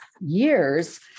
years